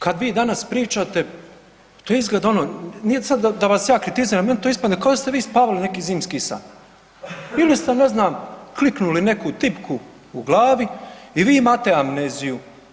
Kad vi danas pričate, pa to izgleda ono nije sad da, da vas ja kritiziram, meni to ispadne kao da ste vi spavali neki zimski san ili ste ne znam kliknuli neku tipku u glavi i vi imate amneziju.